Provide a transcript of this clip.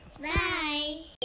bye